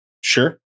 Sure